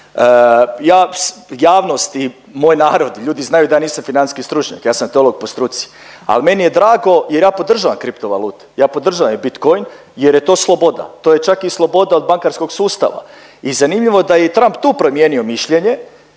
Ja, javnost i moj narod ljudi znaju da ja nisam financijski stručnjak, ja sam teolog po struci, ali meni je drago jer ja podržavam kriptovalute, ja podržavam i bitcoin jer je to sloboda, to je čak i sloboda od bankarskog sustava i zanimljivo je da je Trump i tu promijenio mišljenje,